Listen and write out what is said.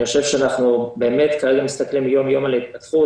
אני חושב שאנחנו באמת כרגע מסתכלים יום-יום על ההתפתחות.